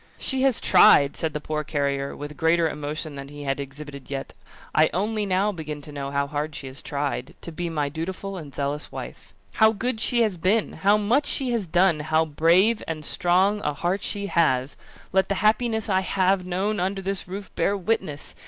she has tried, said the poor carrier with greater emotion than he had exhibited yet i only now begin to know how hard she has tried, to be my dutiful and zealous wife. how good she has been how much she has done how brave and strong a heart she has let the happiness i have known under this roof bear witness!